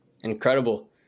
Incredible